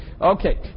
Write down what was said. Okay